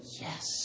yes